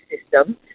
system